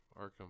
Arkham